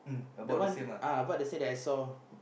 the one uh I bought the same that I saw